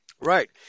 Right